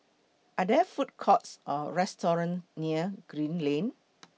Are There Food Courts Or restaurants near Green Lane